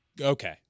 Okay